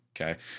Okay